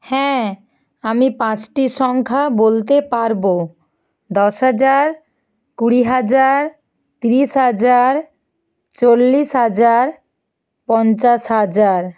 হ্যাঁ আমি পাঁচটি সংখ্যা বলতে পারব দশ হাজার কুড়ি হাজার তিরিশ হাজার চল্লিশ হাজার পঞ্চাশ হাজার